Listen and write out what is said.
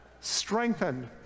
strengthened